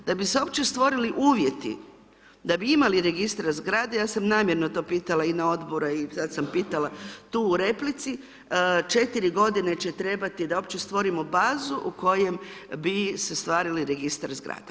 Da bi se uopće stvorili uvjeti, da bi imali registre zgrada, ja sam namjerno to pitala i na Odboru i sada sam pitala tu u replici, 4 godine će trebati da uopće stvorimo bazu u kojem bi se stvarili registar zgrada.